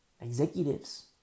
Executives